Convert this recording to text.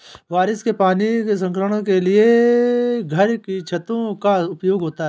बारिश के पानी के संग्रहण के लिए घर की छतों का उपयोग होता है